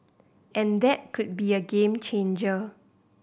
and that could be a game changer